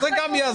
גם זה יעזור.